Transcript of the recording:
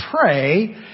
pray